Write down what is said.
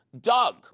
Doug